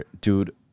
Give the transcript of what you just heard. Dude